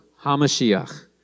HaMashiach